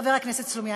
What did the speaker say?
חבר הכנסת סלומינסקי,